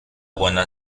buena